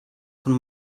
von